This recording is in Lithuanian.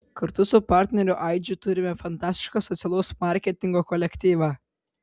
kartu su partneriu aidžiu turime fantastišką socialaus marketingo kolektyvą